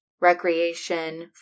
recreation